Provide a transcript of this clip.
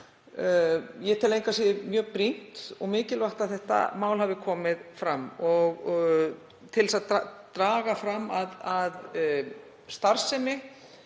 Ég tel engu að síður mjög brýnt og mikilvægt að þetta mál hafi komið fram til þess að draga fram að starfsemi